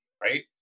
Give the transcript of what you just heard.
right